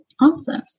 Awesome